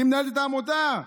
היא מנהלת את העמותה,